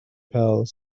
pals